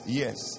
yes